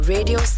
Radio